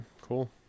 Cool